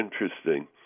interesting